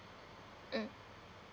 mm